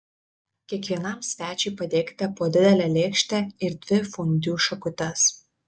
kiekvienam svečiui padėkite po didelę lėkštę ir dvi fondiu šakutes